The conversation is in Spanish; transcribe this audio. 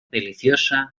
deliciosa